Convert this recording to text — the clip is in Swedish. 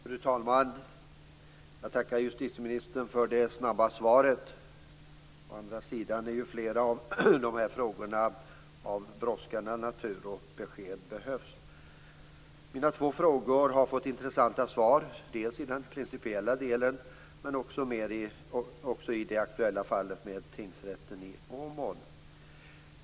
Fru talman! Jag tackar justitieministern för det snabba svaret. Men så är ju också flera av de här frågorna av brådskande natur, och besked behövs. Mina två frågor har fått intressanta svar, dels i den principiella delen, men också i det aktuella fallet med tingsrätten i Åmål.